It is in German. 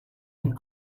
den